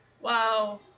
Wow